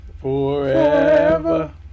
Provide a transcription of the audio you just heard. Forever